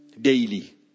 daily